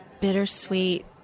bittersweet